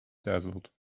dazzled